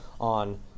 on